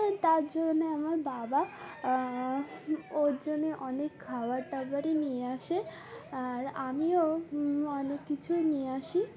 তার জন্যে আমার বাবা ওর জন্যে অনেক খাবার টাবারই নিয়ে আসে আর আমিও অনেক কিছুই নিয়ে আসি